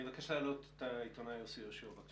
אני מבקש להעלות את העיתונאי יוסי יהושע שעוסק בנושא